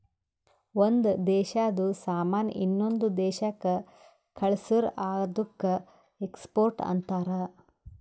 ಒಂದ್ ದೇಶಾದು ಸಾಮಾನ್ ಇನ್ನೊಂದು ದೇಶಾಕ್ಕ ಕಳ್ಸುರ್ ಅದ್ದುಕ ಎಕ್ಸ್ಪೋರ್ಟ್ ಅಂತಾರ್